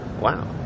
Wow